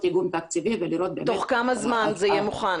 איגום תקציבי ולראות באמת --- תוך כמה זמן זה יהיה מוכן?